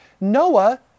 Noah